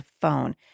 phone